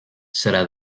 serà